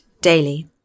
daily